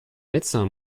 médecin